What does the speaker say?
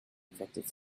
infected